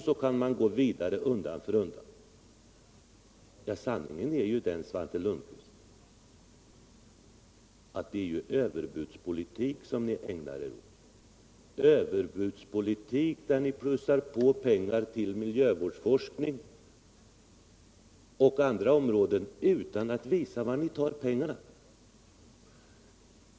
Så kan man gå vidare undan för undan. Sanningen är den, Svante Lundkvist, att det är överbudspolitik som ni ägnar er åt - överbudspolitik där ni plussar på pengar till miljövårdsforskning och andra ändamål utan att visa var ni tar pengarna.